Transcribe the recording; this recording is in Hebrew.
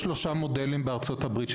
שלושה מודלים של השגחה בארצות-הברית: